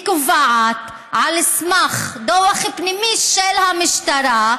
היא קובעת על סמך דוח פנימי של המשטרה,